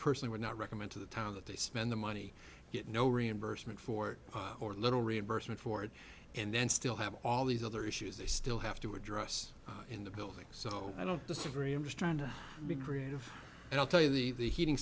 personally would not recommend to the time that they spend the money get no reimbursement for it or little reimbursement for it and then still have all these other issues they still have to address in the building so i don't disagree i'm just trying to be creative and i'll tell you the the heating